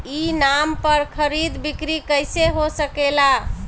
ई नाम पर खरीद बिक्री कैसे हो सकेला?